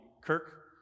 Kirk